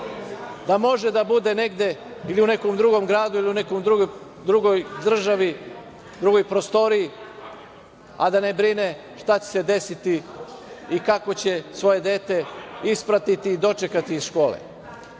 da može da bude negde, ili u nekom drugom gradu ili u nekoj drugoj državi, drugoj prostoriji, a da ne brine šta će se desiti i kako će svoje dete ispratiti i dočekati iz škole. Ja